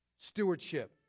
stewardship